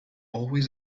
always